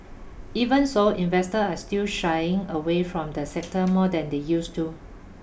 even so investors are still shying away from the sector more than they used to